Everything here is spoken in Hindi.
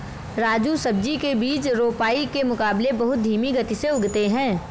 राजू सब्जी के बीज रोपाई के मुकाबले बहुत धीमी गति से उगते हैं